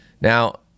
Now